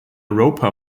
roper